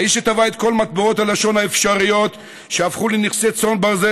האיש שטבע את כל מטבעות הלשון האפשריות שהפכו לנכסי צאן ברזל,